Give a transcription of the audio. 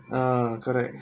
ah correct